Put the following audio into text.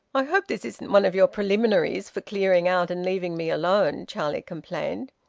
i hope this isn't one of your preliminaries for clearing out and leaving me alone, charlie complained.